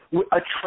attract